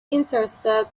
interested